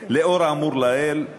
לאור האמור לעיל,